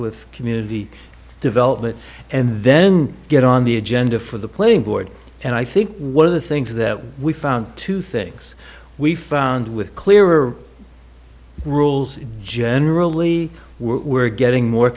with community development and then get on the agenda for the playing board and i think one of the things that we found two things we found with clearer rules generally were getting more